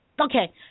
Okay